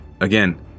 Again